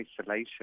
isolation